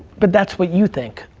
but that's what you think.